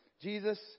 Jesus